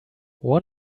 one